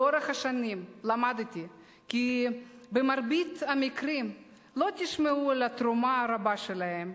לאורך השנים למדתי כי במרבית המקרים לא תשמעו על התרומה הרבה שלהם,